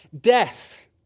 death